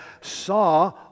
saw